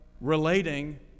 relating